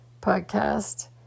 podcast